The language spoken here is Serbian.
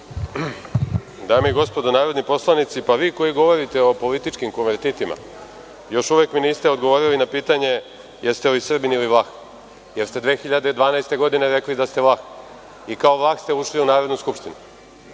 Dame i gospodo narodni poslanici, pa vi koji govorite o političkim konvertitima, još uvek mi niste odgovorili na pitanje jeste li Srbin ili Vlah, jer ste 2012. godine rekli da ste Vlah i kao Vlah ste ušli u Narodnu skupštinu. Nisam